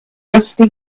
rusty